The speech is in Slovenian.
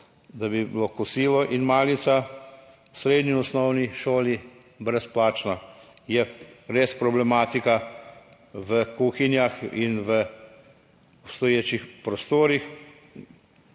da bi bilo kosilo in malica srednji in osnovni šoli brezplačno. Je res problematika v kuhinjah in v obstoječih prostorih,